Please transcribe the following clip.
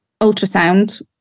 ultrasound